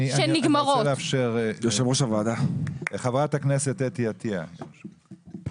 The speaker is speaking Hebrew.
חה"כ אתי עטייה, בבקשה.